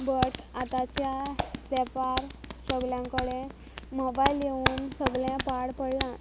but आतांच्या तेंपार सोगल्यां कोडे मॉबायल येवून सोगलें पाड पडलां